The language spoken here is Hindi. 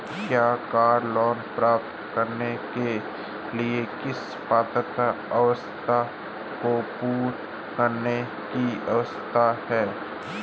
क्या कार लोंन प्राप्त करने के लिए किसी पात्रता आवश्यकता को पूरा करने की आवश्यकता है?